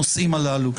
הנושאים הללו.